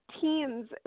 teens